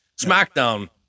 Smackdown